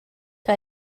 que